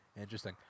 Interesting